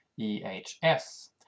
EHS